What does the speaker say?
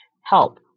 Help